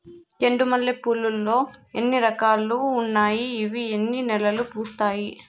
చెండు మల్లె పూలు లో ఎన్ని రకాలు ఉన్నాయి ఇవి ఎన్ని నెలలు పూస్తాయి